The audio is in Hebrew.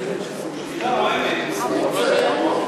מאוחר יותר.